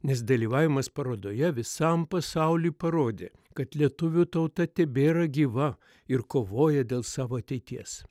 nes dalyvavimas parodoje visam pasauliui parodė kad lietuvių tauta tebėra gyva ir kovoja dėl savo ateities